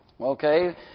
Okay